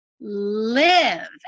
Live